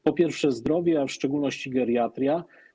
Po pierwsze, zdrowie, a w szczególności geriatria.